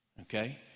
okay